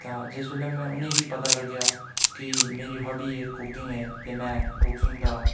तां जिस बैल्ले में उनें गी पता लग्गेआ कि मेरी हॉबी कुकिंग ऐ ते में कुकिंग दा